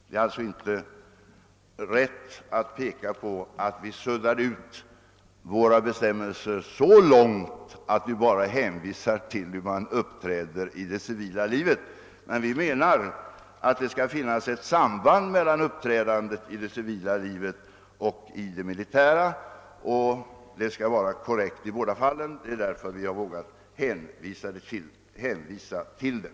Det är alltså inte riktigt att säga att vi suddat ut bestämmelserna i sådan utsträckning att vi bara hänvisar till hur man uppträder i det civila livet. Men vi menar att det skall finnas ett samband mellan uppträdandet i det civila livet och uppträdandet i det militära; det skall vara korrekt i båda fallen. Det är därför vi har vågat göra den hänvisningen.